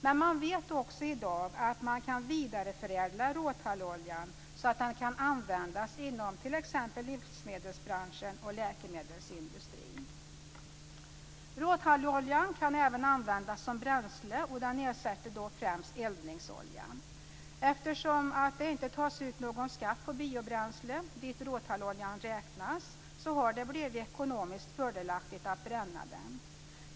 Men man vet också i dag att råtalloljan kan vidareförädlas så att den kan användas inom livsmedelsbranschen och läkemedelsindustrin. Råtalloljan kan även användas som bränsle, och den ersätter då främst eldningsolja. Eftersom det inte tas ut någon skatt på biobränsle - dit råtalloljan räknas - har det blivit ekonomiskt fördelaktigt att bränna den.